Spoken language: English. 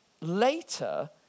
later